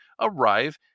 arrive